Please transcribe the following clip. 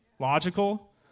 logical